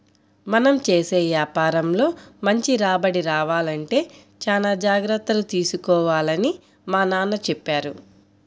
మనం చేసే యాపారంలో మంచి రాబడి రావాలంటే చానా జాగర్తలు తీసుకోవాలని మా నాన్న చెప్పారు